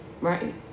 right